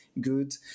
good